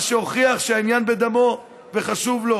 מה שהוכיח שהעניין בדמו וחשוב לו.